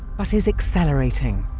but is accelerating.